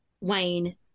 Wayne